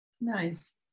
Nice